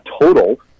total